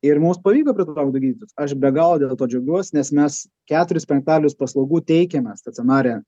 ir mums pavyko pritraukt du gydytojus aš be galo dėl to džiaugiuosi nes mes keturis penktadalius paslaugų teikiame stacionare